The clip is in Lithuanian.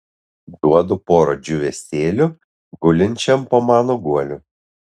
duodu porą džiūvėsėlių gulinčiam po mano guoliu